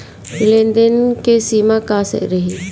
लेन देन के सिमा का रही?